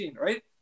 right